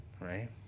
right